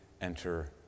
enter